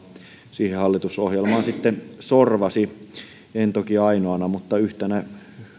siihen hallitusohjelmaan sorvasi en toki ainoana mutta yhtenä